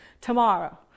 Tomorrow